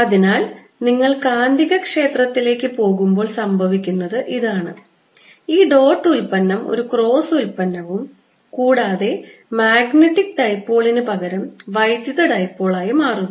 അതിനാൽ നിങ്ങൾ കാന്തികക്ഷേത്രത്തിലേക്ക് പോകുമ്പോൾ സംഭവിക്കുന്നത് ഇതാണ് ഈ ഡോട്ട് ഉൽപന്നം ഒരു ക്രോസ് ഉൽപന്നവും കൂടാതെ മാഗ്നറ്റിക് ഡൈപോളിന് പകരം വൈദ്യുത ഡൈപോളായി മാറുന്നു